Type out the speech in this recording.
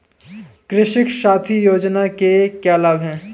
कृषक साथी योजना के क्या लाभ हैं?